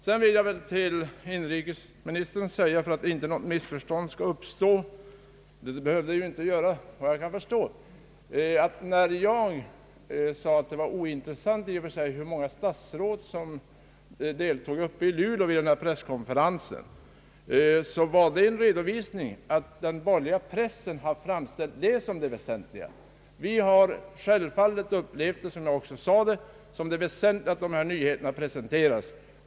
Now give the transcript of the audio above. För att något missförstånd inte skall behöva uppstå — och det behöver det inte göra, efter vad jag kan förstå — vill jag till inrikesministern säga att det, när jag påstod att det var ointressant i och för sig hur många statsråd som deltog i presskonferensen i Luleå, var en redovisning av hur den borgerliga pressen framställt detta som det väsentiiga. Vi har självfallet — som jag också sade — upplevt såsom det väsentliga att dessa nyheter presenteras.